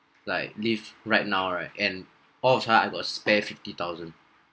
like live right now and all of a sudden I got spare fifty thousand